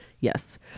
Yes